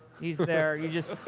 he's there. you just.